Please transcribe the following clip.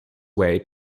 way